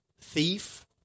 thief